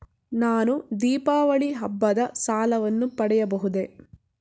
ನಾನು ದೀಪಾವಳಿ ಹಬ್ಬದ ಸಾಲವನ್ನು ಪಡೆಯಬಹುದೇ?